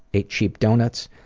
ate cheap donuts,